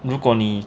如果你